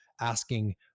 asking